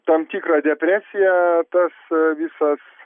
tam tikrą depresiją tas visas